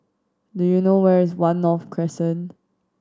do you know where is One North Crescent